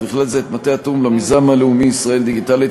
ובכלל זה מטה התיאום למיזם הלאומי "ישראל דיגיטלית",